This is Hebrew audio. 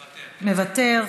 מוותר.